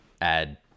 add